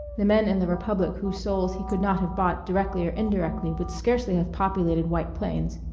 the men in the republic whose souls he could not have bought directly or indirectly would scarcely have populated white plains,